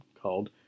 called